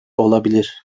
olabilir